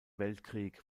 weltkrieg